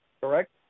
correct